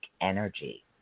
energy